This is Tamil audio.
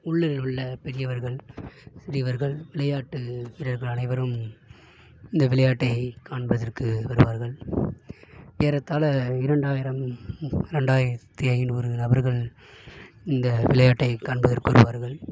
உள்ளூரில் உள்ள பெரியவர்கள் சிறியவர்கள் விளையாட்டு வீரர்கள் அனைவரும் இந்த விளையாட்டை காண்பதற்கு வருவார்கள் ஏறத்தாழ இரண்டாயிரம் ரெண்டாயிரத்தி ஐந்நூறு நபர்கள் இந்த விளையாட்டைக் காண்பதற்கு வருவார்கள்